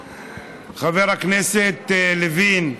חבר כנסת לוין,